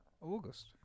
August